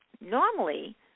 Normally